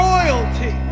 Royalty